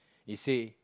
he say